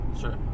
Sure